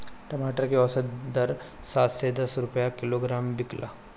टमाटर के औसत दर सात से दस रुपया किलोग्राम बिकला?